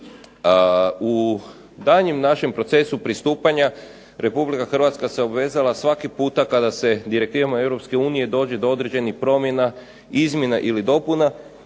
U daljnjem našem procesu pristupanja RH se obvezala svaki puta kada se direktivama EU dođe do određenih promjena, izmjena ili dopuna,